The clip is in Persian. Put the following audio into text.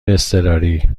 اضطراری